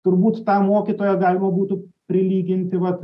turbūt tą mokytoją galima būtų prilyginti vat